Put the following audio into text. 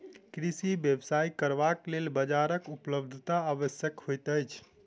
कृषि व्यवसाय करबाक लेल बाजारक उपलब्धता आवश्यक होइत छै